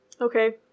Okay